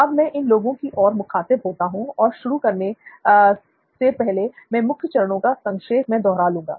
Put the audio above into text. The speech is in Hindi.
अब मैं इन लोगों की ओर मुखातिब होता हूं और शुरू करने से पहले मैं मुख्य चरणों को संक्षेप में दोहरा लूंगा